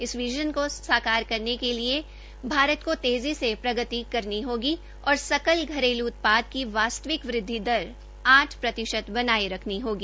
इस संदृश्य को साकार करने के लिये भारत को तेज़ी से प्रगति करनी होगी और सकल घरेल् उत्पाद की वास्तविक वृद्वि दर आठ प्रतिशत बनाये रखनी होगी